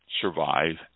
survive